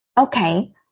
Okay